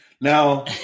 Now